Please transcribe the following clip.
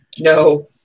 No